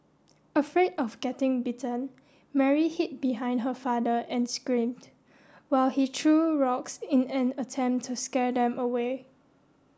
afraid of getting bitten Mary hid behind her father and screamed while he threw rocks in an attempt to scare them away